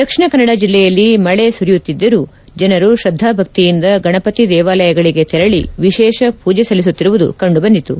ದಕ್ಷಿಣ ಕನ್ನಡ ಜಿಲ್ಲೆಯಲ್ಲಿ ಮಳೆ ಸುರಿಯುತ್ತಿದ್ದರೂ ಜನರು ಶ್ರದ್ದಾ ಭಕ್ತಿಯಿಂದ ಗಣಪತಿ ದೇವಾಲಯಗಳಿಗೆ ತೆರಳಿ ವಿಶೇಷ ಪೂಜೆ ಸಲ್ಲಿಸುತ್ತಿರುವುದು ಕಂಡುಬಂದಿತು